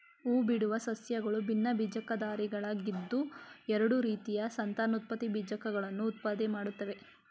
ಹೂಬಿಡುವ ಸಸ್ಯಗಳು ಭಿನ್ನಬೀಜಕಧಾರಿಗಳಾಗಿದ್ದು ಎರಡು ರೀತಿಯ ಸಂತಾನೋತ್ಪತ್ತಿ ಬೀಜಕಗಳನ್ನು ಉತ್ಪತ್ತಿಮಾಡ್ತವೆ